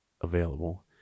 available